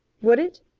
would it?